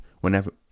whenever